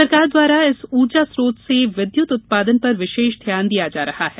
सरकार द्वारा इस ऊर्जा स्त्रोत से विद्युत उत्पादन पर विशेष ध्यान दिया जा रहा है